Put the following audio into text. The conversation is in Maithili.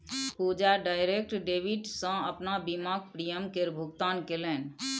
पूजा डाइरैक्ट डेबिट सँ अपन बीमाक प्रीमियम केर भुगतान केलनि